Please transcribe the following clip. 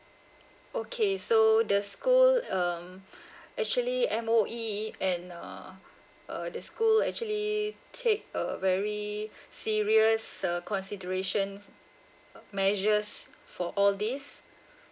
okay so the school um actually M_O_E and err err the school actually take uh very serious uh consideration uh measures for all these